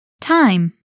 time